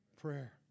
prayer